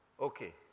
Okay